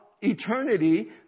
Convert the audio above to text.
eternity